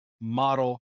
model